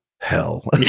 hell